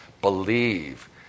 believe